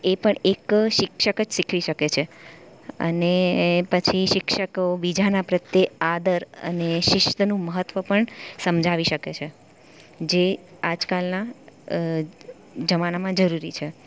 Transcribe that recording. એ પણ એક શિક્ષક જ શીખવી શકે છે અને પછી શિક્ષક બીજાના પ્રત્યે આદર અને શિસ્તનું મહત્વ પણ સમજાવી શકે છે જે આજ કાલના જમાનામાં જરૂરી છે